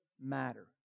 matter